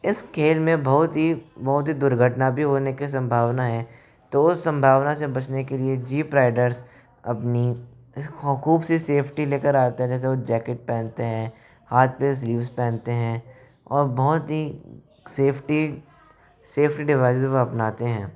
इस खेल में बहुत ही बहुत ही दुर्घटना भी होने के संभावना है तो संभावना से बचने के लिए जीप राइडर्स अपनी ख़ूब सी सेफ़्टी लेकर आते रहते हैं जैसे वो जैकेट पहनते हैं हाथ पर स्लीव्स पहनते हैं और बहुत ही सेफ़्टी सेफ़्टी डिवाइस भी अपनाते हैं